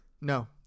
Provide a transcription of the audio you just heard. No